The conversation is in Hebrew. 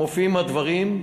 מופיעים הדברים,